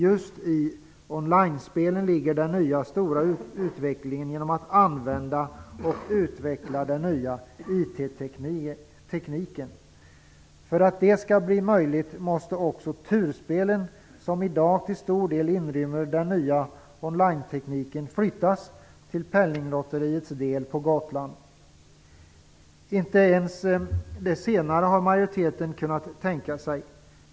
Just i on line-spelen finns de stora utvecklingsmöjligheterna. Det handlar om att använda och utveckla den nya IT-tekniken. För att det skall bli möjligt måste också turspelen, som i dag till stor del inrymmer on line-tekniken, flyttas till Penninglotteriets enhet på Gotland. Inte ens det senare har majoriteten kunnat tänka sig.